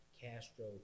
Castro